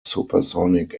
supersonic